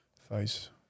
face